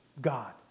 God